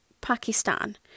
Pakistan